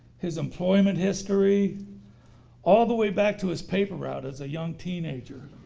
his employment history all the way back to his paper route as a young teenager.